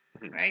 right